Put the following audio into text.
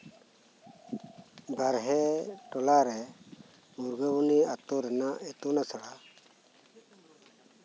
ᱵᱟᱨᱦᱮ ᱴᱚᱞᱟ ᱨᱮ ᱢᱩᱠᱜᱟᱹᱵᱚᱱᱤ ᱟᱛᱩ ᱨᱮᱱᱟᱜ ᱤᱛᱩᱱ ᱟᱥᱲᱟ